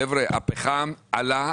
חבר'ה, הפחם עלה,